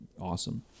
awesome